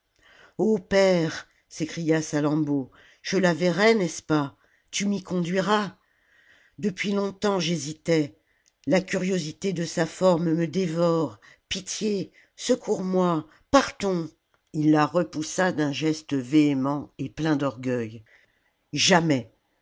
père s'écria salammbô je la verrai n'est-ce pas tu m'y conduiras depuis longtemps j'hésitais la curiosité de sa forme me dévore pitié secours moi partons il la repoussa d'un geste véhément et plein d'orgueil jamais